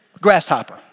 grasshopper